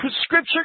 scripture